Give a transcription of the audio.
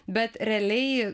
bet realiai